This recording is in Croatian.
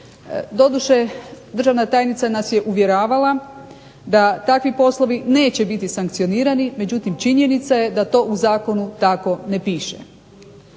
Doduše, državna tajnica nas je uvjeravala da takvi poslovi neće biti sankcionirani, međutim činjenica je da to u zakonu tako ne piše.